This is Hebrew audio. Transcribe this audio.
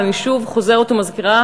אבל אני שוב חוזרת ומזכירה,